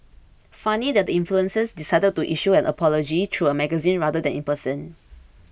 funny that the influencer decided to issue an apology through a magazine rather than in person